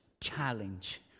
challenge